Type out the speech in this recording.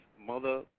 mother